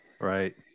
Right